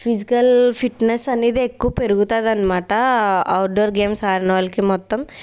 physical fitness అనేదే ఎక్కువ్ పెరుగుతాదన్నామాట ఔట్డోర్ గేమ్స్ ఆడిన వాళ్ళకి మొత్తం